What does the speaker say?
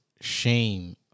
shame